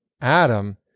Adam